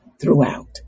throughout